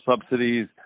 subsidies